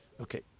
Okay